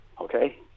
Okay